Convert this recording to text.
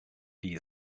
die